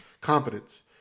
confidence